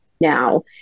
now